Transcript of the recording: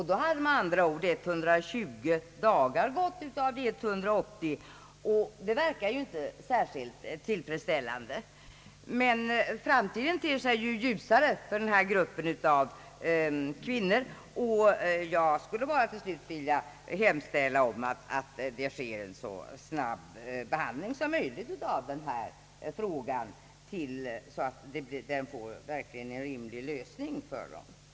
Då hade med andra ord 120 dagar gått av de 180, och det verkar ju inte särskilt tillfredsställande. Framtiden ter sig dock ljusare för den här gruppen av kvinnor, och jag vill till slut hemställa om en så snabb behandling som möj ligt av frågan, så att den blir löst på ett rimligt sätt inom rimlig tid.